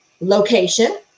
location